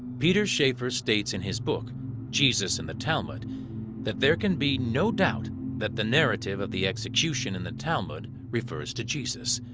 peter schafer states in his book jesus in the talmud that there can be no doubt that the narrative of the execution in the talmud refers to jesus.